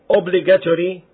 obligatory